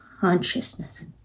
consciousness